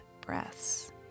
breaths